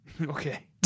Okay